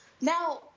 Now